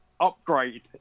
upgrade